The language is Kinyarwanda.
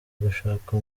gushaka